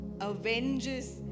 avenges